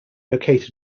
located